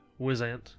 Wizant